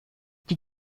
die